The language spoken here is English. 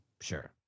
Sure